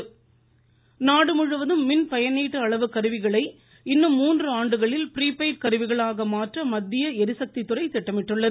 ளிசக்தி நாடுமுழுவதும் மின் பயணீட்டு அளவு கருவிகளை இன்னும் மூன்று ஆண்டுகளில் பிரீபெய்டு கருவிகளாக மாற்ற மத்திய ளிசக்தி துறை திட்டமிட்டுள்ளது